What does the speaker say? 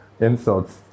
insults